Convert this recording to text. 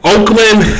Oakland